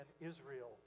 Israel